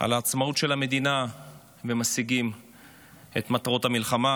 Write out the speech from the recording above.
על העצמאות של המדינה ומשיגים את מטרות המלחמה,